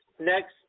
next